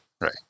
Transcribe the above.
right